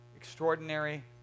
extraordinary